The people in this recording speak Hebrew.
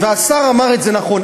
והשר אמר את זה נכון,